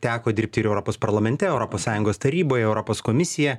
teko dirbti ir europos parlamente europos sąjungos taryboje europos komisija